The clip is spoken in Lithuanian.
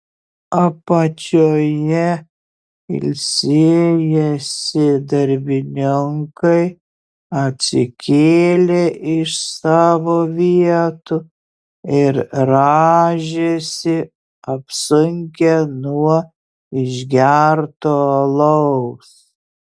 apačioje ilsėjęsi darbininkai atsikėlė iš savo vietų ir rąžėsi apsunkę nuo išgerto alaus